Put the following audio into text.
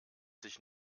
sich